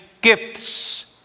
gifts